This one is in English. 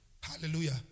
Hallelujah